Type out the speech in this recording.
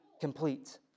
complete